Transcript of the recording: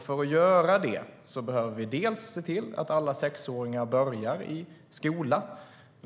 För att göra det behöver vi se till att alla sexåringar börjar i skola.